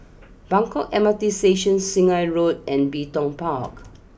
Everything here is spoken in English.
Buangkok M R T Station Sungei Road and Bin Tong Park